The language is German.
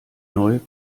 neue